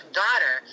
daughter